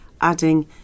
adding